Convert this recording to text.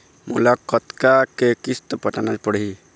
मोला कतका के किस्त पटाना पड़ही?